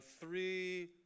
three